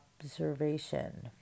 observation